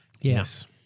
yes